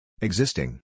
Existing